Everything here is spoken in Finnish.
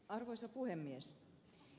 arvoisa puhemies